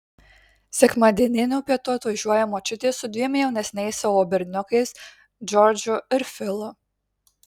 sekmadieninių pietų atvažiuoja močiutė su dviem jaunesniais savo berniukais džordžu ir filu